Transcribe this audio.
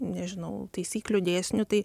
nežinau taisyklių dėsnių tai